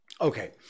Okay